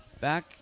back